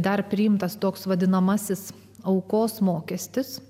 dar priimtas toks vadinamasis aukos mokestis